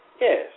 yes